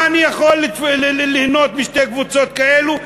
מה אני יכול ליהנות משתי קבוצות כאלה,